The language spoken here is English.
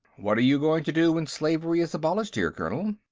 what are you going to do when slavery is abolished here, colonel?